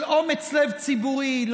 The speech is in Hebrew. של אומץ לב ציבורי,